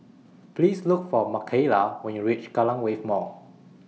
Please Look For Makaila when YOU REACH Kallang Wave Mall